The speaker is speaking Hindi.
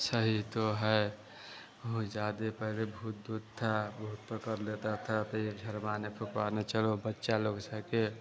सही तो है बहुत ज़्यादा पहले भूत ऊत थे वो ऊपर कर लेते थे तो ई झरवाने फुकवाने चलो बच्चे लोग से के